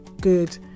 good